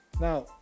Now